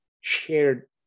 shared